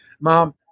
Mom